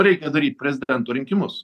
reikia daryt prezidento rinkimus